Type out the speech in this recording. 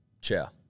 Ciao